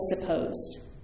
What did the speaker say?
supposed